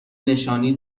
نشانی